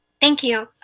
thank you,